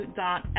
dot